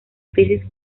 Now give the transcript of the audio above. crisis